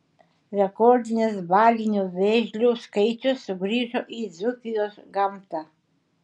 rekordinis balinių vėžlių skaičius sugrįžo į dzūkijos gamtą